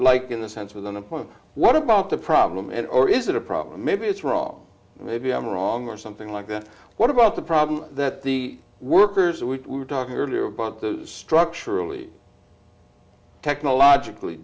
like in a sense with an opponent what about the problem and or is it a problem maybe it's wrong maybe i'm wrong or something like that what about the problem that the workers we were talking earlier about structurally technologically